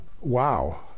Wow